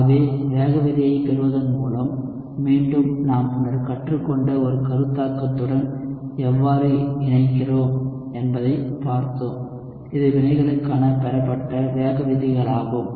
ஆகவே வேகவிதியை பெறுவதன் மூலம் மீண்டும் நாம் முன்னர் கற்றுக்கொண்ட ஒரு கருத்தாக்கத்துடன் எவ்வாறு இணைக்கிறோம் என்பதைப் பார்த்தோம் இது வினைகளுக்கான பெறப்பட்ட வேக விதிகளாகும்